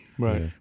Right